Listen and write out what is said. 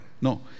No